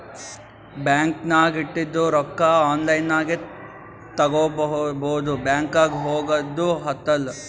bank ನಾಗ್ ಇಟ್ಟಿದು ರೊಕ್ಕಾ ಆನ್ಲೈನ್ ನಾಗೆ ತಗೋಬೋದು ಬ್ಯಾಂಕ್ಗ ಹೋಗಗ್ದು ಹತ್ತಲ್